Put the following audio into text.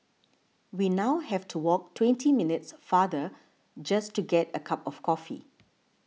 we now have to walk twenty minutes farther just to get a cup of coffee